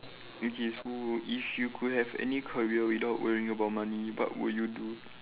okay if you could have any career without worrying about money what would you do